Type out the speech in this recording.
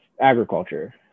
agriculture